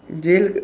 jail